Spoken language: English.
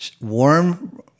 warm